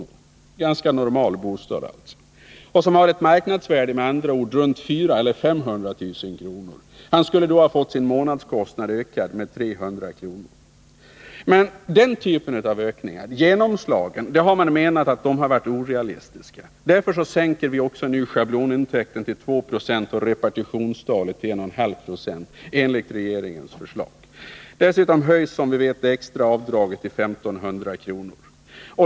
— en ganska normal bostad alltså — och som har ett marknadsvärde runt 400 000 eller 500 000 kr. skulle få sin månadskostnad ökad med ca 300 kr. Sådana ökningar i villaskatten har som bekant ansetts orealistiska. Därför har schablonintäkten i regeringens förslag satts ned till 2 96 och repartitionstalet till 1,5 26. Dessutom har det extra avdraget höjts till I 500 kr.